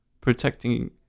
Protecting